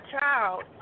child